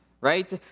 right